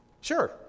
Sure